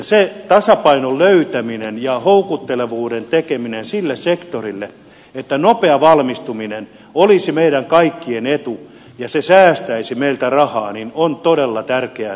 se tasapainon löytäminen ja houkuttelevuuden tekeminen sille sektorille että nopea valmistuminen olisi meidän kaikkien etu ja se säästäisi meiltä rahaa on todella tärkeä ajatus